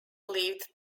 lived